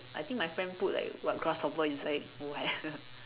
I think my friend put like what grasshopper inside !wow!